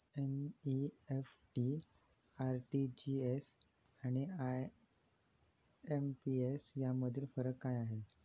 NEFT, RTGS आणि IMPS यामधील फरक काय आहे?